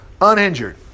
Uninjured